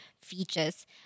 features